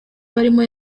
barimo